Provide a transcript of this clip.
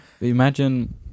Imagine